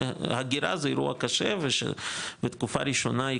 הגירה זה אירוע קשה ותקופה ראשונה היא